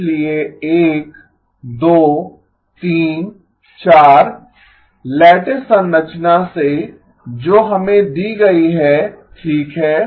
इसलिए 1 2 3 4 लैटिस संरचना से जो हमें दी गई है ठीक है